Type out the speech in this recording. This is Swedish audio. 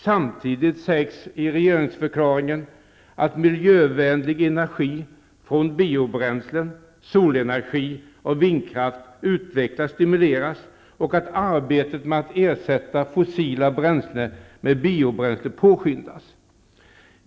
Samtidigt sägs det i regeringsförklaringen att ''miljövänlig energi från biobränslen, solenergi och vindkraft utvecklas och stimuleras och arbetet med att ersätta fossila bränslen med biobränslen påskyndas''.